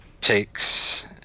takes